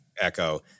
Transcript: Echo